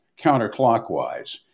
counterclockwise